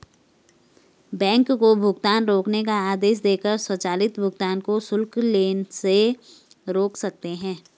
bank को भुगतान रोकने का आदेश देकर स्वचालित भुगतान को शुल्क लेने से रोक सकते हैं